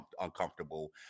uncomfortable